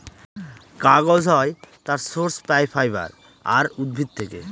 কাগজ হয় তার সোর্স পাই ফাইবার আর উদ্ভিদ থেকে